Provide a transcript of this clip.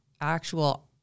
actual